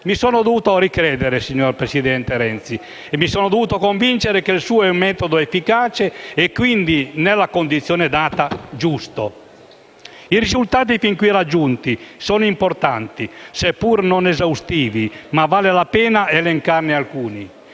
mi sono dovuto ricredere e mi sono dovuto convincere che il suo è un metodo efficace nella condizione data, giusto. I risultati sin qui raggiunti sono importanti, seppur non esaustivi, ma vale la pena elencarne alcuni: